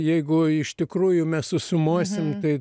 jeigu iš tikrųjų mes susumuosim tai